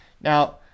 Now